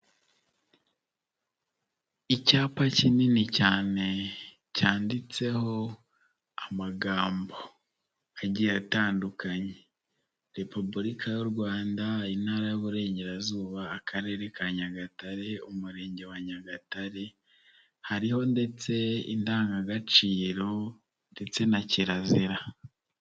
Icyapa kinini cyane cyanditseho amagambo agiye atandukanye Repubulika y'u Rwanda, Intara y'Uburengerazuba, Akarere ka Nyagatare, Umurenge wa Nyagatare hariho ndetse indangagaciro ndetse na kirazira.